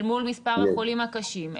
אל מול מספר החולים הקשים,